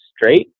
straight